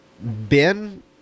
Ben